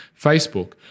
Facebook